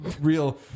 real